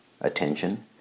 attention